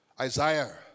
Isaiah